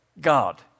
God